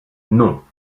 non